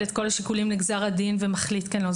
את כל השיקולים לגזר הדין ומחליט כן/לא.